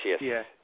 yes